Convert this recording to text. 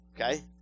okay